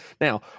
Now